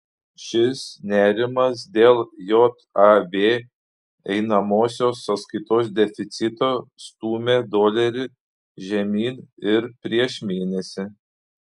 šis nerimas dėl jav einamosios sąskaitos deficito stūmė dolerį žemyn ir prieš mėnesį